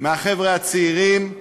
מהחבר'ה הצעירים,